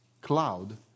cloud